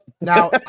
Now